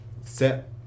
set